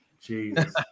Jesus